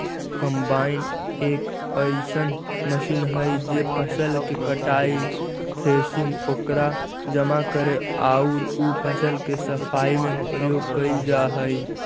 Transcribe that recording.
combine एक अइसन machine हई जे फसल के कटाई, थ्रेसिंग, ओकरा जमा करे औउर उ फसल के सफाई में प्रयोग कईल जा हई